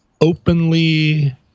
openly